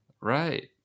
Right